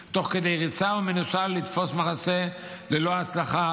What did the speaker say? תוך כדי ריצה ומנוסה, לתפוס מחסה ללא הצלחה,